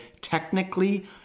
technically